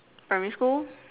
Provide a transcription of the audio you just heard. primary school